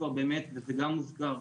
כבר באמת וזה גם הוזכר,